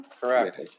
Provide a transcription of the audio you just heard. correct